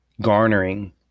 garnering